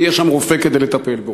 יהיה שם רופא כדי לטפל בו.